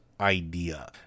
idea